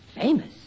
Famous